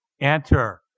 Enter